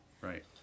Right